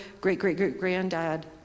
great-great-great-granddad